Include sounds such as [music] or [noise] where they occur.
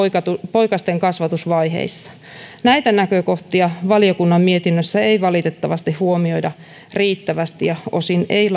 poikasten kasvatusvaiheissa näitä näkökohtia valiokunnan mietinnössä ei valitettavasti huomioida riittävästi ja osin ei [unintelligible]